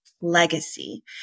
legacy